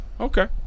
Okay